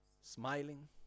smiling